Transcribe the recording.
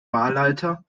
wahlleiter